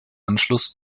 anschluss